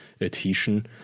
adhesion